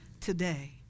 Today